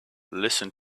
listen